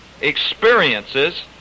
experiences